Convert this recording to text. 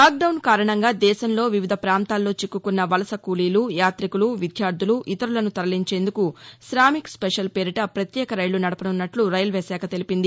lockdown కారణంగా దేశంలో వివిధ పాంతాల్లో చిక్కున్న వలస కూలీలు యాతికులు విద్యార్లులు ఇతరులను తరలించేందుకు కామిక్ స్పెషల్ పేరిట పత్యేక రైళ్లు నడపసున్నట్లు రైల్వేశాఖ తెలిపింది